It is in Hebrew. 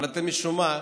אבל אתם, משום מה,